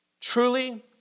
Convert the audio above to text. truly